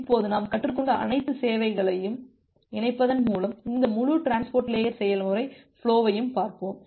இப்போது நாம் கற்றுக்கொண்ட அனைத்து சேவைகளை இணைப்பதன் மூலம் இந்த முழு டிரான்ஸ்போர்ட் லேயர் செயல்முறை ஃபுலோவையும் பார்ப்போம்